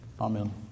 Amen